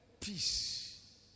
Peace